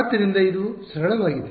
ಆದ್ದರಿಂದ ಇದು ಸರಳವಾಗಿದೆ